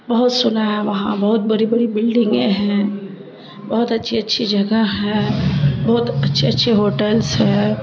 بہت سنا ہے وہاں بہت بڑی بڑی بلڈنگیں ہیں بہت اچھی اچھی جگہ ہے بہت اچھے اچھے ہوٹلس ہیں